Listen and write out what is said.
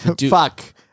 Fuck